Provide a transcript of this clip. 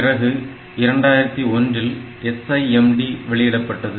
பிறகு 2001 இல் SIMD வெளியிடப்பட்டது